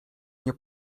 nie